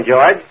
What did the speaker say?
George